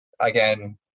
Again